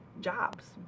jobs